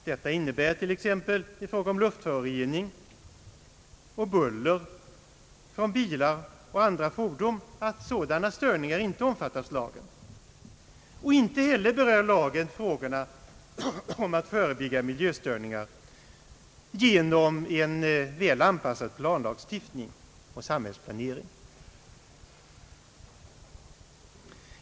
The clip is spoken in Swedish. Detta innebär t.ex. i fråga om luftförorening och buller från bilar och andra fordon att sådana störningar inte omfattas av lagen. Inte heller berör lagen frågorna om att förebygga miljöstörningar genom en väl anpassad planlagstiftning och samhällsplanering.